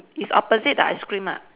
it's opposite the ice cream ah